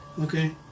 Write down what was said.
Okay